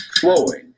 flowing